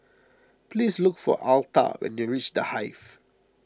please look for Altha when you reach the Hive